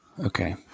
Okay